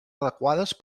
adequades